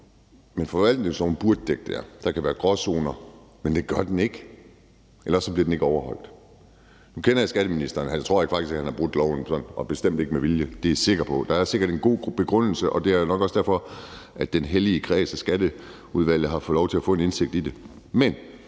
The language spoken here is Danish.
hende. Forvaltningsloven burde dække det, hvor der kan være gråzoner. Men det gør den ikke, eller også bliver den ikke overholdt. Nu kender jeg skatteministeren, og jeg tror bestemt ikke, han har brudt loven, men hvis det er, har det i hvert fald ikke været med vilje. Det er jeg sikker på. Der er sikkert en god begrundelse, og det er nok også derfor, at den hellige kreds i Skatteudvalget har fået lov til at få indsigt i det.